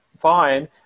fine